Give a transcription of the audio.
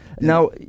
Now